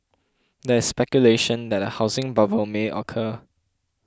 there is speculation that a housing bubble may occur